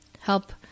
Help